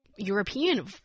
european